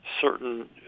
certain